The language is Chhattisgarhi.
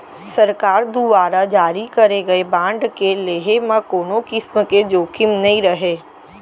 सरकार दुवारा जारी करे गए बांड के लेहे म कोनों किसम के जोखिम नइ रहय